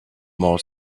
more